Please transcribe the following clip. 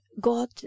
God